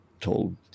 told